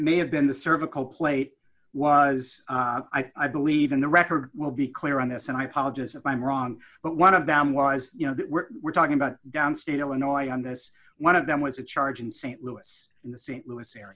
may have been the cervical plate was i believe in the record will be clear on this and i apologise if i'm wrong but one of them was you know we're talking about downstate illinois on this one of them was a charge in st louis in the st louis area